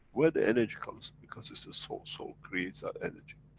where the energy comes, because it's the soul, soul creates that energy.